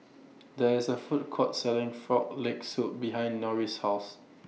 There IS A Food Court Selling Frog Leg Soup behind Norris' House